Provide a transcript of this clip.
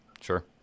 Sure